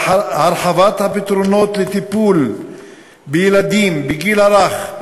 על הרחבת הפתרונות לטיפול בילדים בגיל הרך,